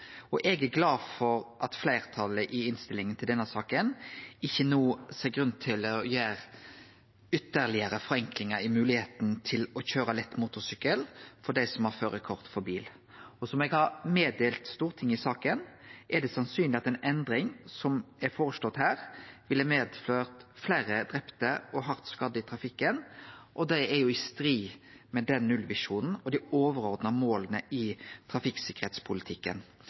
Eg er glad for at fleirtalet i innstillinga til denne saka ikkje no ser grunn til ytterlegare å forenkle moglegheita til å køyre lett motorsykkel for dei som har førarkort for bil. Som eg har meldt til Stortinget i saka, er det sannsynleg at den endringa som er føreslått her, ville medført fleire drepne og hardt skadde i trafikken, og det er i strid med nullvisjonen og dei overordna måla i trafikksikkerheitspolitikken.